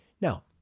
Now